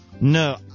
no